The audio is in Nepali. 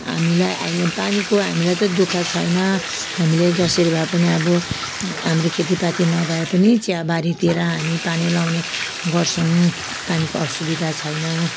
हामीलाई अहिले पानीको हामीलाई चाहिँ दुःख छैन हामीले जसरी भए पनि अब हाम्रो खेतीपाती नभए पनि चियाबारीतिर हामी पानी लगाउने गर्छौँ पानीको असुविधा छैन